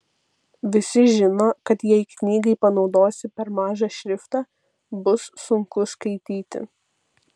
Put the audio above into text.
visi žino kad jei knygai panaudosi per mažą šriftą bus sunku skaityti